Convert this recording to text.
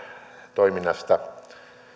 toiminnasta